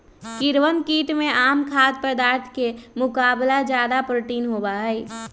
कीड़वन कीट में आम खाद्य पदार्थ के मुकाबला ज्यादा प्रोटीन होबा हई